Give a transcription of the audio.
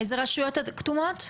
רשויות כתומות?